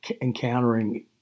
encountering